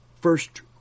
first